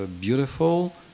beautiful